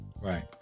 Right